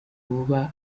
vuba